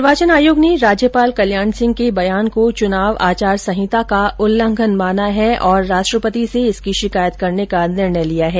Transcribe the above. निर्वाचन आयोग ने राज्यपाल कल्याण सिंह के बयान को चुनाव आचार संहिता का उल्लंघन माना है और राष्ट्रपति से इसकी शिकायत करने का निर्णय लिया है